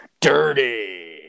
dirty